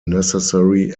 necessary